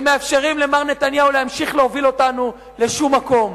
שמאפשרים למר נתניהו להמשיך להוביל אותנו לשום מקום,